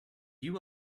you